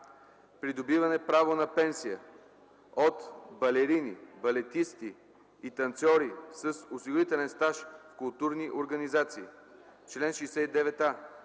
„Придобиване право на пенсия от балерини, балетисти и танцьори с осигурителен стаж в културни организации Член 69а.